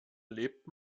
lebt